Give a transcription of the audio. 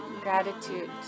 gratitude